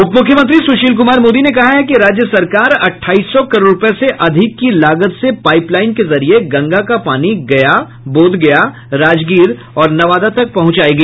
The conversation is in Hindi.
उप मुख्यमंत्री सुशील कुमार मोदी ने कहा है कि राज्य सरकार अठाईस सौ करोड़ रूपये से अधिक की लागत से पाईप लाईन के जरिये गंगा का पानी गया बोधगया राजगीर और नवादा तक पहुंचायेगी